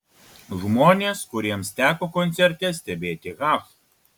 žmonės kuriems teko koncerte stebėti h